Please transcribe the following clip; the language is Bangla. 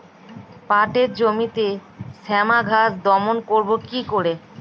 পাটের জমিতে শ্যামা ঘাস দমন করবো কি করে?